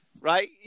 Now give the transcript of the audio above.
Right